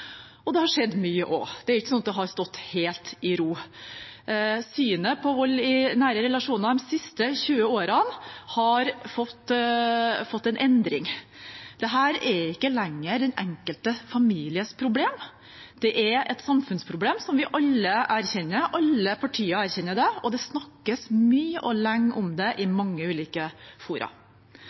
Det har også skjedd mye. Det er ikke slik at det har stått helt i ro. Synet på vold i nære relasjoner de siste 20 årene er endret. Det er ikke lenger den enkelte families problem. Det er et samfunnsproblem, som vi alle erkjenner, alle partier erkjenner det, og det snakkes mye og lenge om det i mange ulike fora.